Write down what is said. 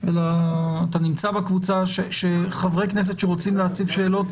אתה נמצא בקבוצה של חברי כנסת שרוצים להציב שאלות,